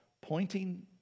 pointing